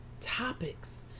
topics